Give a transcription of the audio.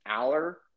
Aller